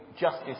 justice